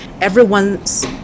everyone's